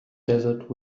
desert